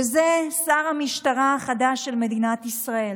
וזה שר המשטרה החדש של מדינת ישראל.